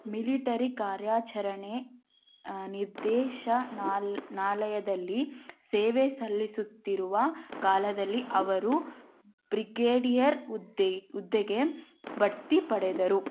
military ಕಾರ್ಯಾಚರಣೆ ನಿರ್ದೇಶನಾಲ ಆಲಯದಲ್ಲಿ ಸೇವೆ ಸಲ್ಲಿಸುತ್ತಿರುವ ಕಾಲದಲ್ಲಿ ಅವರು ಬ್ರಿಗೇಡಿಯರ್ ಹುದ್ದೆ ಹುದ್ದೆಗೆ ಬಡ್ತಿ ಪಡೆದರು